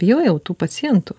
bijojau tų pacientų